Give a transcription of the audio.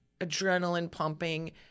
adrenaline-pumping